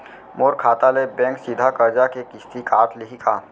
मोर खाता ले बैंक सीधा करजा के किस्ती काट लिही का?